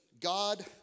God